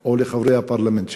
או לחברי הפרלמנט שלה.